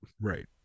right